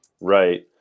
Right